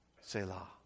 Selah